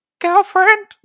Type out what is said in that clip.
Girlfriend